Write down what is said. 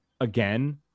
again